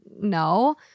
No